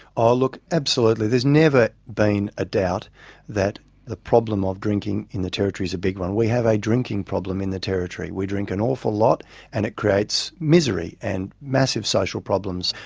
ah look, absolutely. there has never been a doubt that the problem of drinking in the territory is a big one. we have a drinking problem in the territory. we drink an awful lot and it creates misery and massive social problems.